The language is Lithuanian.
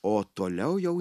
o toliau jau